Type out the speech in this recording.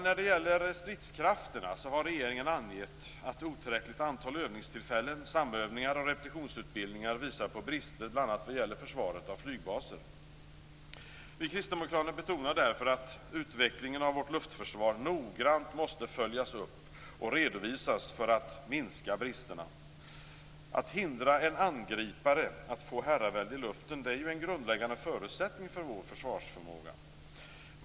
När det gäller stridskrafterna har regeringen angett att otillräckligt antal övningstillfällen, samövningar och repetitionsutbildningar visar på brister bl.a. vad gäller försvaret av flygbaser. Vi kristdemokrater betonar därför att utvecklingen av vårt luftförsvar noggrant måste följas upp och redovisas för att minska bristerna. Att hindra en angripare att få herravälde i luften är ju en grundläggande förutsättning för vår försvarsförmåga.